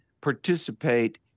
participate